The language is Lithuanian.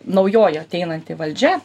naujoji ateinanti valdžia